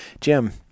jim